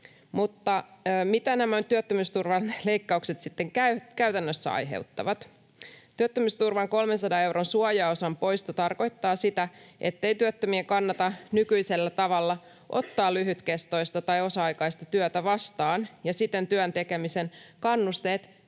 Mutta mitä nämä työttömyysturvan leikkaukset sitten käytännössä aiheuttavat? Työttömyysturvan 300 euron suojaosan poisto tarkoittaa sitä, ettei työttömien kannata nykyisellä tavalla ottaa lyhytkestoista tai osa-aikaista työtä vastaan, ja siten työn tekemisen kannusteet